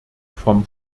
vom